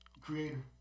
Creator